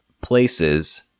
places